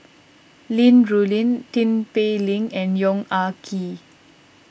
Li Rulin Tin Pei Ling and Yong Ah Kee